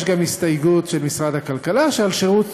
יש גם הסתייגות של משרד הכלכלה: על שירות